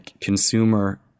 consumer